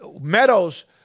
Meadows